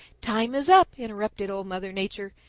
time is up, interrupted old mother nature.